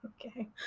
Okay